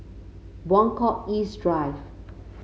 Buangkok East Drive